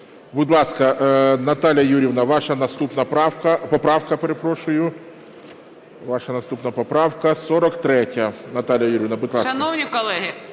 Будь ласка, Наталія Юріївна, ваша наступна поправка 43.